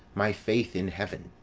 my faith in heaven.